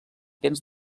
dents